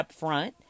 upfront